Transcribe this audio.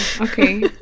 okay